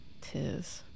Tis